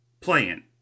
playing